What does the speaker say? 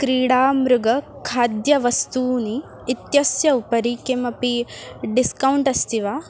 क्रीडामृगखाद्यवस्तूनि इत्यस्य उपरि किमपि डिस्कौण्ट् अस्ति वा